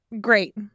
Great